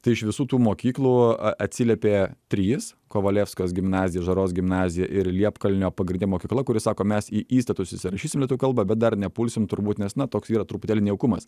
tai iš visų tų mokyklų atsiliepė trys kovalevskajos gimnazija ir žaros gimnazija ir liepkalnio pagrindė mokykla kuri sako mes į įstatus įsirašysim lietuvių kalbą bet dar nepulsim turbūt nes na toks yra truputėlį nejaukumas